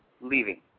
leaving